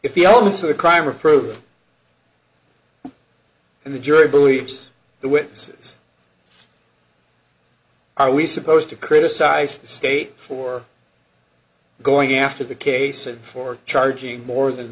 if the elements of the crime are approved and the jury believes the witnesses are we supposed to criticise the state for going after the case and for charging more th